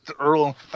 Earl